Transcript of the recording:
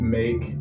make